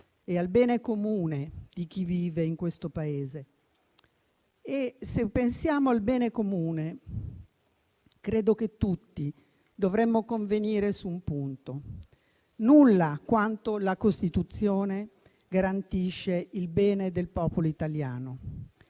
e al bene comune di chi ci vive. Se pensiamo al bene comune, credo che tutti dovremmo convenire su un punto. Nulla quanto la Costituzione garantisce il bene del popolo italiano;